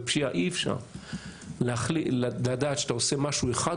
בפשיעה אי אפשר לדעת שאתה עושה משהו אחד,